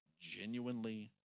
genuinely